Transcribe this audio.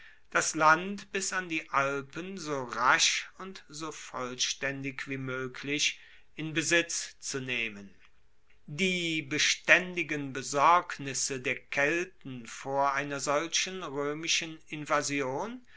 das land bis an die alpen so rasch und so vollstaendig wie moeglich in besitz zu nehmen die bestaendigen besorgnisse der kelten vor einer solchen roemischen invasion